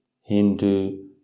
Hindu